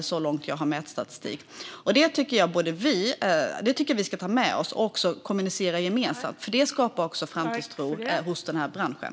Det är så långt jag har mätstatistik. Det tycker jag att vi ska ta med oss och kommunicera gemensamt, för det skapar också framtidstro i den här branschen.